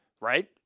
Right